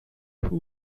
who